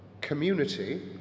community